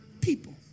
people